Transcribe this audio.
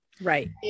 Right